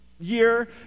year